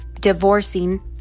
divorcing